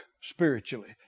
Spiritually